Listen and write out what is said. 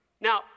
Now